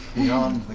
beyond